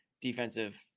defensive